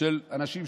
של אנשים,